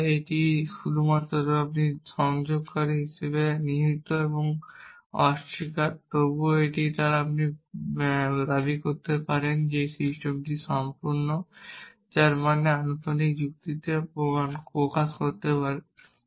তবে এটি শুধুমাত্র দুটি সংযোগকারী ব্যবহার করে নিহিত এবং অস্বীকার এবং তবুও তারা একটি দাবি করতে পারে যে সিস্টেমটি সম্পূর্ণ যার মানে আনুপাতিক যুক্তিতে প্রকাশ করতে পারে